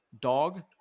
Dog